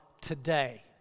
today